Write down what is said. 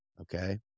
okay